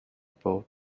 bow